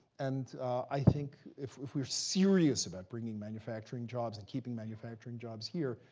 and i think, if if we are serious about bringing manufacturing jobs, and keeping manufacturing jobs, here,